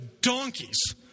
donkeys